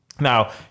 Now